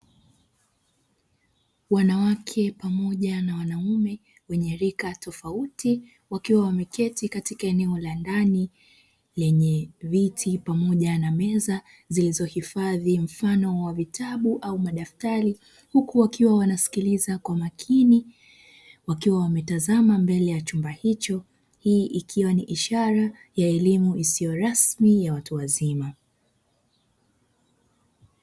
Wanawake pamoja na wanaume wenye rika tofauti, wakiwa wameketi katika eneo la ndani lenye viti pamoja na meza, zilizo hifadhi mfano wa vitabu au madaftari. Huku wakiwa wanasikiliza kwa makini, wakiwa wametazama mbele ya chumba hicho. Hii ikiwa ni ishara ya elimu isiyo rasmi ya watu wazima.